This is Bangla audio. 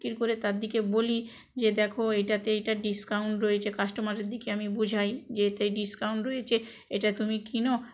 বিক্রি করে তার দিকে বলি যে দেখো এটাতে এটা ডিসকাউন্ট রয়েছে কাস্টমারের দিকে আমি বোঝাই যে এতে ডিসকাউন্ট রয়েছে এটা তুমি কেনো